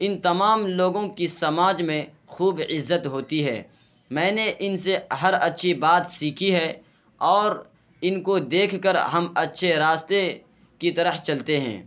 ان تمام لوگوں کی سماج میں خوب عزت ہوتی ہے میں نے ان سے ہر اچھی بات سیکھی ہے اور ان کو دیکھ کر ہم اچھے راستے کی طرح چلتے ہیں